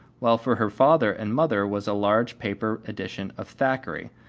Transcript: while for her father and mother was a large paper edition of thackeray,